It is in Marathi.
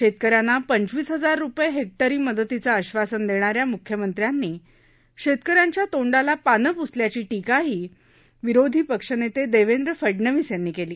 शेतकऱ्यांना पंचवीस हजार रुपये हेक्टरी मदतीचं आश्वासन देणाऱ्या मुख्यमंत्र्यांनी शेतकऱ्यांच्या तोंडाला पानं प्सल्याची टीकाही विरोधी पक्षनेते देवेंद्र फडनवीस यांनी केली